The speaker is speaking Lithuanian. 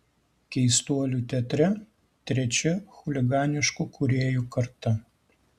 keistuolių teatre trečia chuliganiškų kūrėjų karta